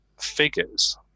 figures